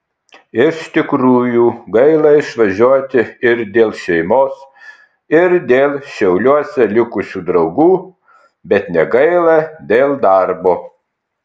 iš tikrųjų gaila išvažiuoti ir dėl šeimos ir dėl šiauliuose likusių draugų bet negaila dėl darbo